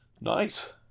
Nice